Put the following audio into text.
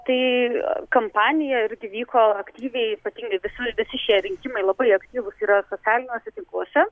tai kampanija irgi vyko aktyviai ypatingai visur visi šie rinkimai labai aktyvūs yra socialiniuose tinkluose